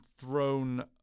thrown